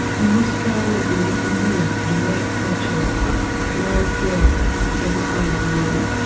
you must travel where the indian in a white poncho lies dead by the side of the road.